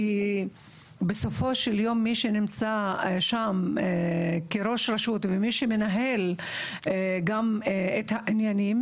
כי בסופו של יום מי שנמצא שם כראש רשות ומי שמנהל גם את העניינים